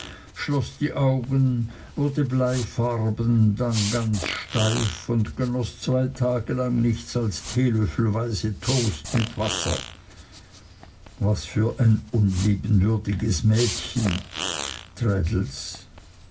schloß die augen wurde bleifarben dann ganz steif und genoß zwei tage lang nichts als teelöffelweise toast mit wasser was für ein unliebenswürdiges mädchen